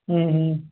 अं हं